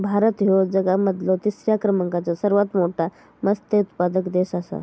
भारत ह्यो जगा मधलो तिसरा क्रमांकाचो सर्वात मोठा मत्स्य उत्पादक देश आसा